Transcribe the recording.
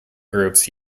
groups